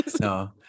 No